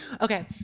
Okay